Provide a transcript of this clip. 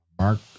Mark